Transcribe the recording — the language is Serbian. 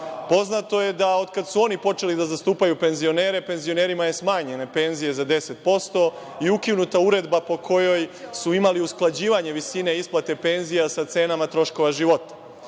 Poznato je da od kada su oni počeli da zastupaju penzionere, penzionerima su smanjene penzije za 10% i ukinuta je uredba po kojoj su imali usklađivanje visine isplate penzija sa cenama troškova života. Poznato